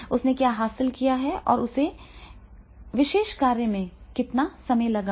उसने क्या हासिल किया है और उसे उस विशेष कार्य में कितना समय लगा है